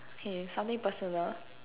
K something personal